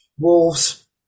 Wolves